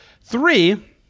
Three